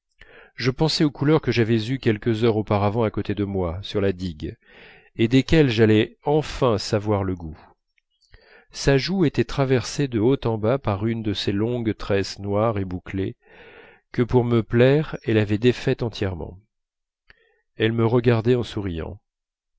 je pensai aux couleurs que j'avais vues quelques heures auparavant à côté de moi sur la digue et desquelles j'allais enfin savoir le goût sa joue était traversée du haut en bas par une de ses longues tresses noires et bouclées que pour me plaire elle avait défaites entièrement elle me regardait en souriant